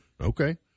Okay